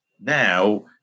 Now